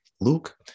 Luke